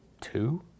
two